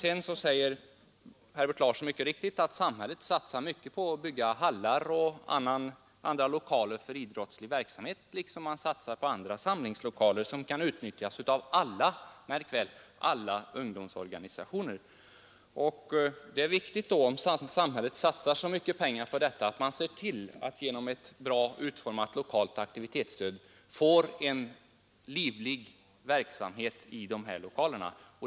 Herr Larsson i Vänersborg säger alldeles riktigt att samhället satsat mycket på att bygga hallar och andra lokaler för idrottslig verksamhet, liksom man satsar på andra samlingslokaler som kan utnyttjas av alla — märk väl: alla — ungdomsorganisationer. Det är då viktigt, om samhället satsar så mycket pengar på detta, att man ser till att man genom ett bra utformat lokalt aktivitetsstöd får en livlig verksamhet i dessa lokaler.